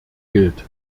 gilt